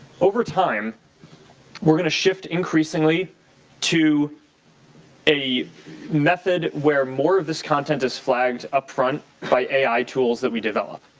over time we're going to shift increasingly to a method where more of this content is flagged up front by ai tools that we develop.